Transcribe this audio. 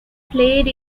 played